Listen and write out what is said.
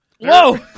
Whoa